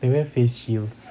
they wear face shields